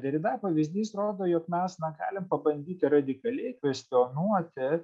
derida pavyzdys rodo jog mes na galim pabandyti radikaliai kvestionuoti